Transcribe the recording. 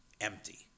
empty